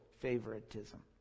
favoritism